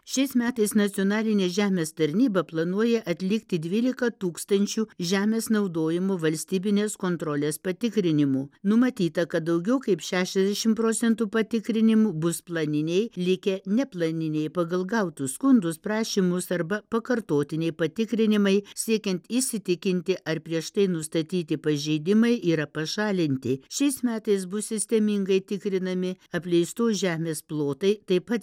šiais metais nacionalinė žemės tarnyba planuoja atlikti dvylika tūkstančių žemės naudojimo valstybinės kontrolės patikrinimų numatyta kad daugiau kaip šešiasdešim procentų patikrinimų bus planiniai likę neplaniniai pagal gautus skundus prašymus arba pakartotiniai patikrinimai siekiant įsitikinti ar prieš tai nustatyti pažeidimai yra pašalinti šiais metais bus sistemingai tikrinami apleistos žemės plotai taip pat